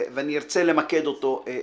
ואני ארצה למקד אותו בעניין: